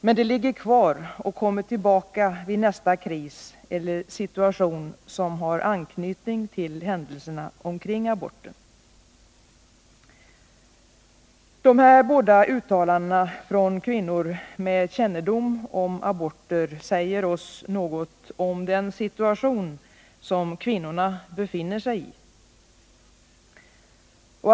Men det ligger kvar och kommer tillbaka vid nästa kris eller situation som har anknytning till händelserna kring aborten. De här båda uttalandena från kvinnor med kännedom om aborter säger oss något om den situation som kvinnorna befinner sig i.